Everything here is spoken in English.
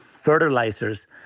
fertilizers